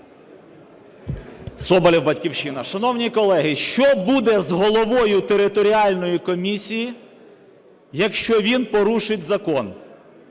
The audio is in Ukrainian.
Соболєв, "Батьківщина". Шановні колеги, що буде з головою територіальної комісії, якщо він порушить закон?